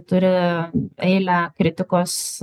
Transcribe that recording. turi eilę kritikos